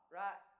right